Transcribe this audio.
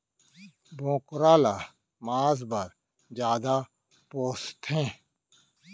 बोकरा ल मांस पर जादा पोसथें